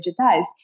digitized